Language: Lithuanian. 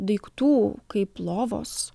daiktų kaip lovos